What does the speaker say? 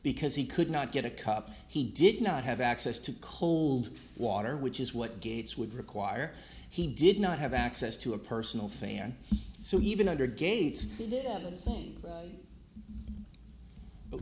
because he could not get a cup he did not have access to cold water which is what gates would require he did not have access to a personal failure so even under gates